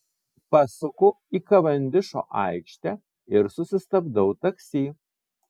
pasuku į kavendišo aikštę ir susistabdau taksi